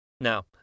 Now